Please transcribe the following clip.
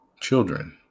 children